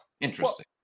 interesting